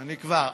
אני כבר.